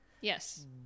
Yes